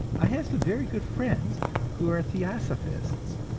i have some very good friends who are theosophists,